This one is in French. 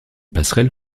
passerelle